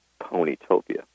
Ponytopia